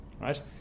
right